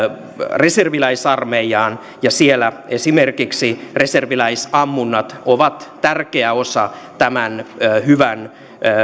reserviläisarmeijaan ja siellä esimerkiksi reserviläisammunnat ovat tärkeä osa tämän hyvän